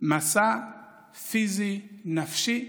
מסע פיזי, נפשי,